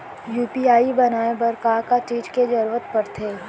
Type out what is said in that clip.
UPI बनाए बर का का चीज के जरवत पड़थे?